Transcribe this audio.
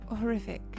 horrific